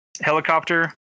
helicopter